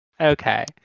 Okay